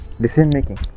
decision-making